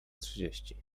trzydzieści